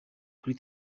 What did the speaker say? kuri